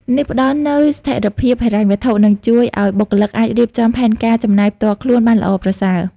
នេះផ្ដល់នូវស្ថិរភាពហិរញ្ញវត្ថុ និងជួយឲ្យបុគ្គលិកអាចរៀបចំផែនការចំណាយផ្ទាល់ខ្លួនបានល្អប្រសើរ។